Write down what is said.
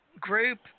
group